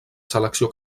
selecció